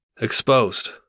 exposed